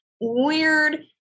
weird